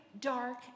dark